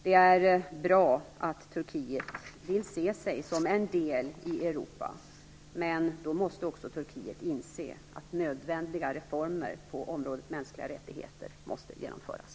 Det är bra att Turkiet vill se sig som en del i Europa, men då måste också Turkiet inse att nödvändiga reformer på området mänskliga rättigheter måste genomföras.